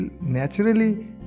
naturally